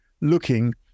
looking